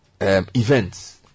Events